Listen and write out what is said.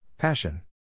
Passion